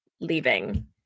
leaving